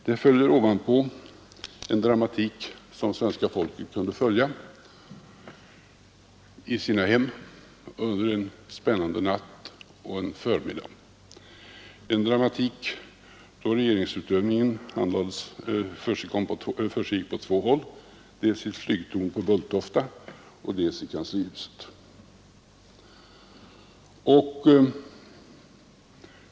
Det har avgivits ovanpå en dramatik som svenska folket kunde följa i sina hem under en spännande natt och en förmiddag, en dramatisk period då regeringsutövningen försiggick på två håll — dels i flygtornet på Bulltofta, dels i kanslihuset.